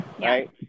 right